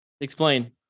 Explain